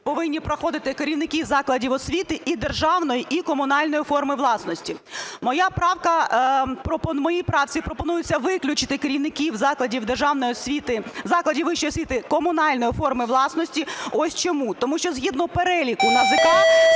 повинні проходити керівники закладів освіти і державної і комунальної форми власності. В моїй правці пропонується виключити керівників закладів вищої освіти комунальної форми власності. Ось чому. Тому що згідно переліку НАЗК,